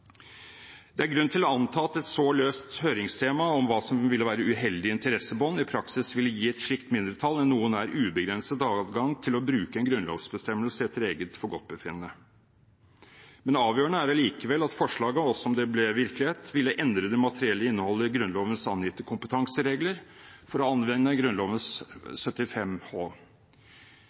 Det er grunn til å anta at et så løst høringstema om hva som ville være uheldige interessebånd, i praksis ville gi et slikt mindretall en noe nær ubegrenset adgang til å bruke en grunnlovsbestemmelse etter eget forgodtbefinnende. Men avgjørende er det likevel at forslaget, om det ble virkelighet, ville endre det materielle innholdet i Grunnlovens angitte kompetanseregler for å anvende